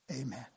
Amen